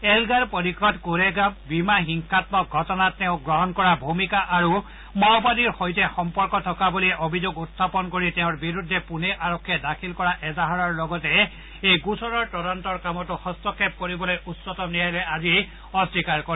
Elgar Parishad Koregaon Bhima হিংসামক ঘটনাত তেওঁ গ্ৰহণ কৰা ভূমিকা আৰু মাওবাদীৰ সৈতে সম্পৰ্ক থকা বুলি অভিযোগ উখাপন কৰি তেওঁৰ বিৰুদ্ধে পুণে আৰক্ষীয়ে দাখিল কৰা এজাহাৰৰ লগতে এই গোচৰৰ তদন্তৰ কামতো হস্তক্ষেপ কৰিবলৈ উচ্চতম ন্যায়ালয়ে আজি অস্নীকাৰ কৰে